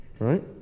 Right